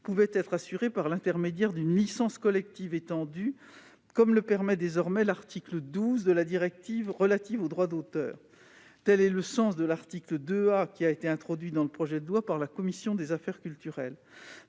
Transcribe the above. pouvait être assurée par l'intermédiaire d'une licence collective étendue, ce que prévoit désormais l'article 12 de la directive sur le droit d'auteur. Tel est le sens de l'article 2 A, qui a été introduit dans le projet de loi par la commission de la culture.